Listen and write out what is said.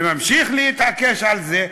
וממשיך להתעקש על זה,